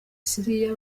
syria